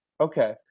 Okay